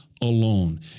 alone